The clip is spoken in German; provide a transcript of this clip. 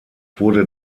wurde